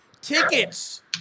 Tickets